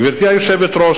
גברתי היושבת-ראש,